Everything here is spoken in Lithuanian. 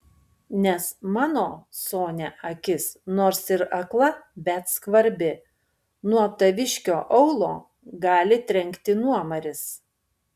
nes mano sonia akis nors ir akla bet skvarbi nuo taviškio aulo gali trenkti nuomaris